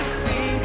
see